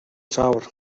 tower